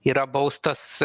yra baustas